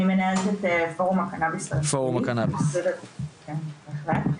אז אני מנהלת פורום הקנאביס הרפואי, כן בהחלט.